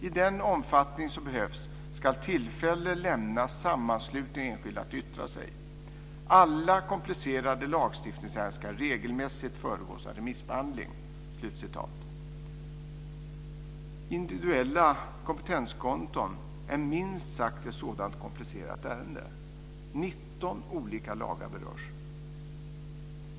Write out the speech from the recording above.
I den omfattning som behövs skall tillfälle lämnas sammanslutningar och enskilda att yttra sig. Alla komplicerade lagstiftningsärenden skall regelmässigt föregås av remissbehandling." Individuella kompetenskonton är minst sagt ett sådant komplicerat ärende. Nitton olika lagar berörs.